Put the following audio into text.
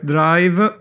Drive